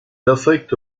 affecte